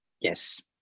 Yes